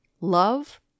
Love